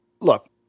look